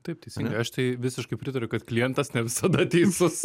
taip teisingai aš tai visiškai pritariu kad klientas ne visada teisus